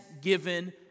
given